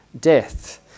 death